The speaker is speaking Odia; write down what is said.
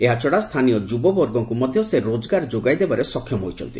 ଏହାଛଡ଼ା ସ୍ଥାନୀୟ ଯୁବବର୍ଗଙ୍କୁ ମଧ୍ୟ ସେ ରୋକ୍ତଗାର ଯୋଗାଇ ଦେବାରେ ସକ୍ଷମ ହୋଇଛନ୍ତି